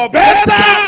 better